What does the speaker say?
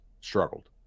struggled